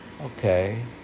okay